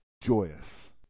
joyous